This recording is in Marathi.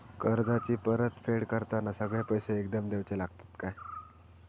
कर्जाची परत फेड करताना सगळे पैसे एकदम देवचे लागतत काय?